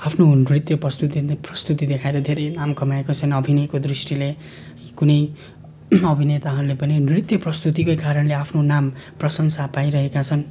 आफ्नो नृत्य प्रस्तुति अन्त प्रस्तुति देखाएर धेरै नाम कमाएको छन् अभिनयको दृष्टिले कुनै अभिनेताहरूले पनि नृत्य प्रस्तुतिकै कारणले आफ्नो नाम प्रशंसा पाइरहेका छन्